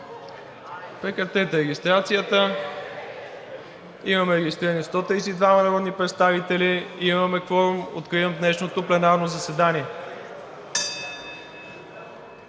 Моля за регистрация. Имаме регистрирани 132 народни представители. Имаме кворум. Откривам днешното пленарно заседание.